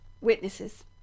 witnesses